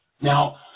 Now